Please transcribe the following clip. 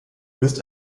bist